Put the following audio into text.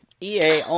EA